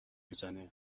میزنه